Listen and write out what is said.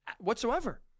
whatsoever